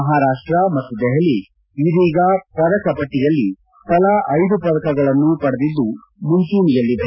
ಮಹಾರಾಷ್ಟ ಮತ್ತು ದೆಸಲಿ ಇದೀಗ ಪದಕ ಪಟ್ಟಿಯಲ್ಲಿ ತಲಾ ಐದು ಪದಕಗಳನ್ನು ಪಡೆದಿದ್ದು ಮುಂಜೂಣೆಯಲ್ಲಿವೆ